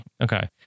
Okay